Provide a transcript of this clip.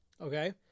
Okay